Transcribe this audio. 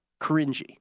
Cringy